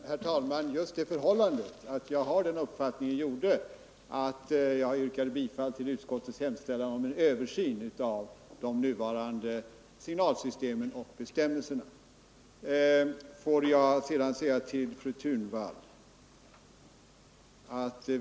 Herr talman! Just det förhållandet att jag har den uppfattning som jag har redovisat gjorde att jag yrkade bifall till utskottets hemställan om en översyn av de nuvarande signalsystemen och bestämmelserna. Sedan ett par ord till fru Thunvall!